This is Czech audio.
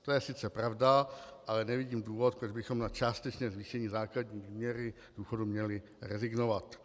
To je sice pravda, ale nevidím důvod, proč bychom na částečné zvýšení základní výměry důchodu měli rezignovat.